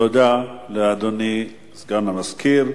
תודה לאדוני סגן המזכיר.